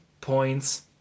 points